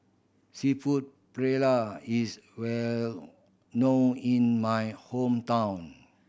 Seafood Paella is well know in my hometown